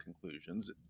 conclusions